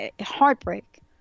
Heartbreak